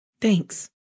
Thanks